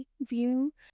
view